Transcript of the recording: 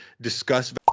discuss